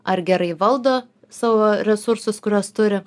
ar gerai valdo savo resursus kuriuos turi